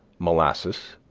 molasses,